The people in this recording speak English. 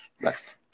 next